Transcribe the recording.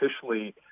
officially